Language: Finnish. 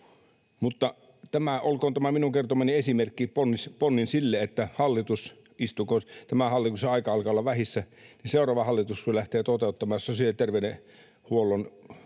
Olkoon tämä minun kertomani esimerkki ponnin hallitukselle. Tämän hallituksen aika alkaa olla vähissä, mutta kun seuraava hallitus voi lähteä toteuttamaan sosiaali‑ ja terveydenhuollon